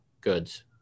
goods